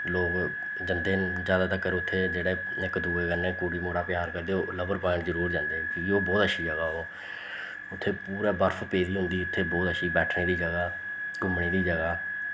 लोक जंदे न ज्यादा तगर इत्थें जेह्ड़े इक दुए कन्नै कुड़ी मुड़ा प्यार करदे ओह् लवर पाइंट जरूर जंदे कि जे ओह् बोह्त अच्छी जगह् ओ उत्थें पूरै बर्फ पेदी होंदी उत्थें बोह्त अच्छी बैठने दी जगह् घूमने दी जगह्